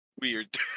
weird